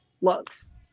looks